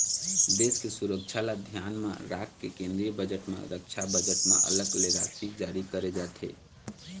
देश के सुरक्छा ल धियान म राखके केंद्रीय बजट म रक्छा बजट म अलग ले राशि जारी करे जाथे